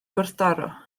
gwrthdaro